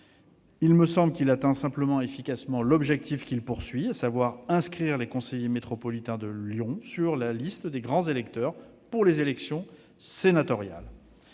Il me paraît atteindre simplement et efficacement l'objectif qu'il vise : inscrire les conseillers métropolitains de Lyon sur la liste des grands électeurs pour les élections sénatoriales.